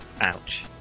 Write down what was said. Ouch